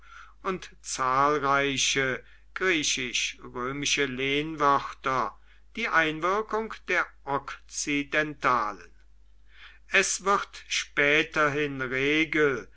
und zahlreiche griechisch-römische lehnwörter die einwirkung der okzidentalen es wird späterhin regel